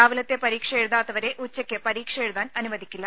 രാവിലത്തെ പരീക്ഷ എഴുതാത്തവരെ ഉച്ചയ്ക്കു പരീക്ഷ എഴുതാൻ അനുവദിക്കില്ല